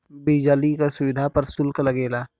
बिजली क सुविधा पर सुल्क लगेला